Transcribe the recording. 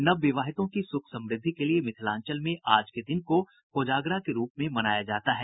नवविवाहितों की सुख समृद्धि के लिए मिथिलांचल में आज के दिन को कोजागरा के रूप में मनाया जाता है